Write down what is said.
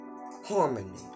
Harmony